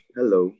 Hello